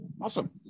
Awesome